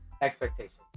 expectations